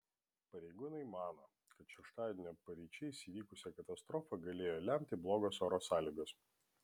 pareigūnai mano kad šeštadienio paryčiais įvykusią katastrofą galėjo lemti blogos oro sąlygos